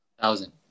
Thousand